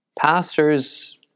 Pastors